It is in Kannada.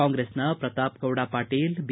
ಕಾಂಗ್ರೆಸ್ನ ಪ್ರತಾಪ್ಗೌಡ ಪಾಟೀಲ್ ಬಿ